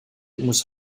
muss